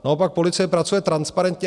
Naopak, policie pracuje transparentně.